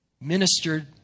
ministered